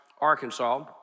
Arkansas